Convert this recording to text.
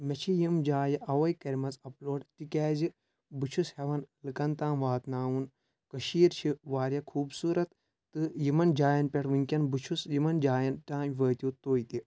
مےٚ چھِ یِم جایہِ اَوَے کٔرمٕژ اپلوڈ تِکیازِ بہٕ چھُس ہیٚوان لُکَن تام واتناوُن کٔشیٖر چھِ واریاہ خوٗبصوٗرت تہٕ یِمَن جایَن پؠٹھ وٕنکیٚن بہٕ چھُس یِمَن جایَن تانٛۍ وٲتِو تُہۍ تہِ